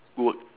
would